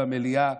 במליאה,